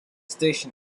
station